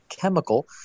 chemical